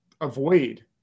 avoid